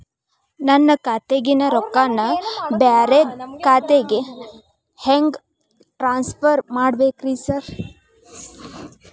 ನನ್ನ ಖಾತ್ಯಾಗಿನ ರೊಕ್ಕಾನ ಬ್ಯಾರೆ ಬ್ಯಾಂಕಿನ ಖಾತೆಗೆ ಹೆಂಗ್ ಟ್ರಾನ್ಸ್ ಪರ್ ಮಾಡ್ಬೇಕ್ರಿ ಸಾರ್?